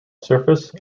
surface